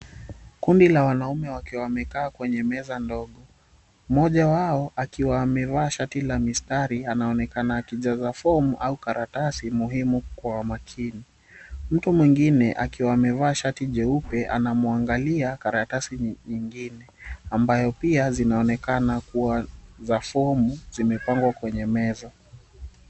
Kundi la wanaume wakiwa wamekaa kwenye meza ndogo. Mmoja wao akiwa amevaa shati la mistari anaonekana akijaza fomu au karatasi muhimu kwa umakini. Mtu mwingine akiwa amevaa akiwa amevaa shati jeupe anamwangalia karatasi nyingine ambazo pia zinaonekana kuwa za fomu zimepangwa kwenye meza.